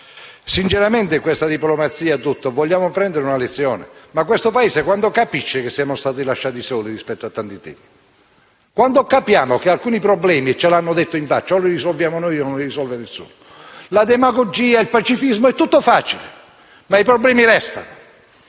sempre questa diplomazia. Vogliamo prendere una lezione? Quando questo Paese capirà che siamo stati lasciati soli rispetto a tanti temi? Quando capiremo che alcuni problemi - ce l'hanno detto in faccia - o li risolviamo noi o non ci risulta nessuno? La demagogia, il pacifismo, è tutto facile; ma i problemi restano.